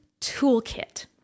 toolkit